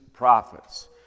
prophets